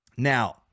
Now